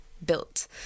built